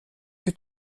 que